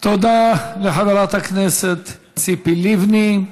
תודה לחברת הכנסת ציפי לבני.